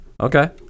Okay